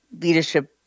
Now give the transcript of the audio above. leadership